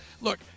look